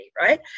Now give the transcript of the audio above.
right